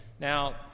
Now